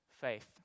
faith